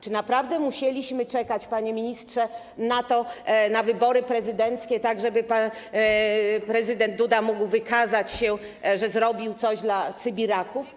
Czy naprawdę musieliśmy czekać, panie ministrze, na wybory prezydenckie, tak żeby prezydent Duda mógł wykazać się, że zrobił coś dla sybiraków?